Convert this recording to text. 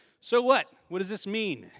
so what what does this mean?